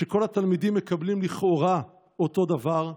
שכל התלמידים מקבלים לכאורה אותו דבר,